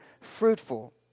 fruitful